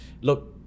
look